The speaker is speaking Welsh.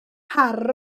car